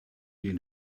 den